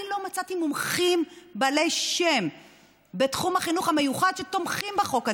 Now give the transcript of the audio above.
אני לא מצאתי מומחים בעלי שם בתחום החינוך המיוחד שתומכים בחוק הזה,